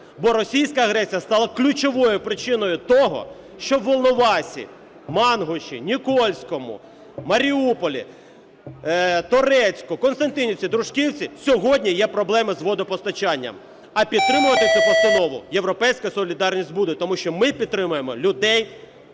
бо російська агресія стала ключовою причиною того, що у Волновасі, Мангуші, Нікольському, Маріуполі, Торецьку, Констянтинівці, Дружківці сьогодні є проблеми з водопостачанням. А підтримувати цю постанову "Європейська солідарність" буде, тому що ми підтримуємо людей